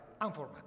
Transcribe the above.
unformatted